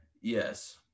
Yes